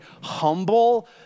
humble